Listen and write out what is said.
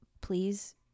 please